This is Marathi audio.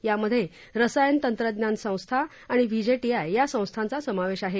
यामधे रसायन तंत्रज्ञान संस्था व्हीजेटीआय या संस्थांचा समावेश आहे